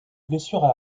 blessures